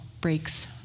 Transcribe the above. breaks